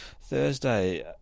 Thursday